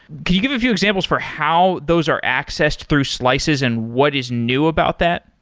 can you give a few examples for how those are accessed through slices and what is new about that?